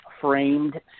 framed